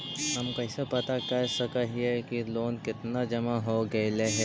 हम कैसे पता कर सक हिय की लोन कितना जमा हो गइले हैं?